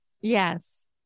Yes